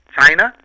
China